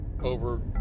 over